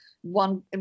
one